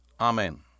Amen